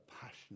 passion